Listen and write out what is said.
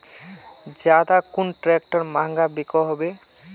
ज्यादा कुन ट्रैक्टर महंगा बिको होबे?